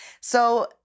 So-